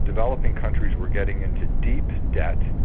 developing countries were getting into deep debt,